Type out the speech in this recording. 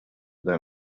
then